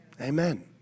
Amen